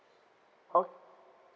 oh